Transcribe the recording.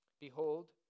Behold